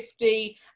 50